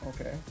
Okay